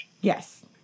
Yes